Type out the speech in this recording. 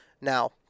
Now